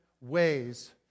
ways